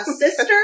sister